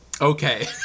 Okay